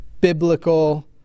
biblical